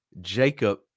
Jacob